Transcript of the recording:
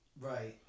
Right